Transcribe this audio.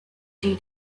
due